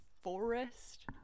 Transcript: forest